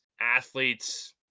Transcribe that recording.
athletes